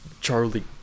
Charlie